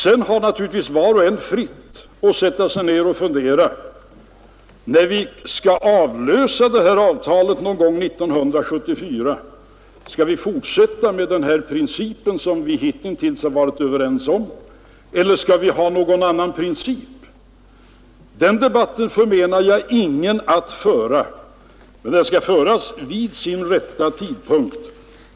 Sedan står det naturligtvis var och en fritt att sätta sig ner och fundera över om vi, när detta avtal någon gång 1974 skall avlösas av ett nytt, skall fortsätta att tillämpa den princip som vi hitintills har varit överens om eller om vi skall ha någon annan princip. Jag förmenar ingen rätten att föra denna debatt, men den skall föras vid sin rätta tidpunkt.